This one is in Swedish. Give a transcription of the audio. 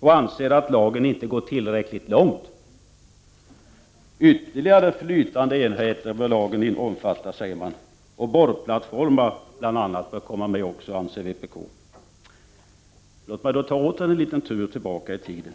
Man anser att lagen inte går tillräck ” ligt långt. Lagen bör omfatta ytterligare flytande enheter, bl.a. borrplattfor mar, anser vpk. Låt mig då åter ta en liten tur bakåt i tiden.